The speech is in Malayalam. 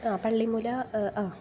ആ പള്ളിമുന ആ